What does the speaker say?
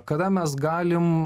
kada mes galim